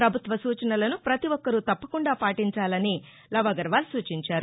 ప్రభుత్వ సూచనలను ప్రతి ఒక్కరూ తప్పకుండా పాటించాలని ఆయన సూచించారు